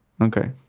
okay